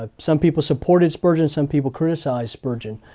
ah some people supported spurgeon, some people criticized spurgeon.